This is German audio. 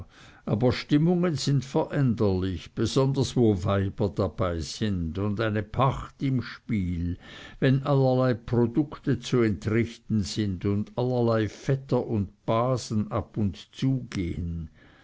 aber stimmungen sind veränderlich besonders wo weiber dabei sind und eine pacht im spiel wenn allerlei produkte zu entrichten sind und allerlei vettern und basen ab und zugehn